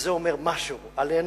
וזה אומר משהו עלינו.